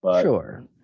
Sure